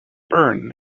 burn